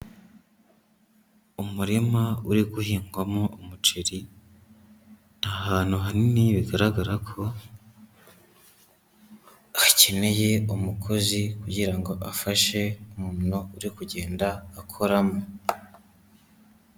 Umurima uri guhingwamo umuceri, ni ahantu hanini bigaragara ko hakeneye umukozi kugira ngo afashe umuntu uri kugenda akoramo.